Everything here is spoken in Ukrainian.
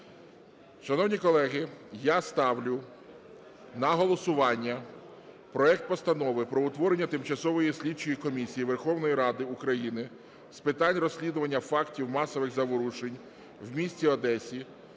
Шановні колеги, я ставлю на голосування проект Постанови про утворення Тимчасової слідчої комісії Верховної Ради України з питань розслідування фактів масових заворушень в місті Одесі,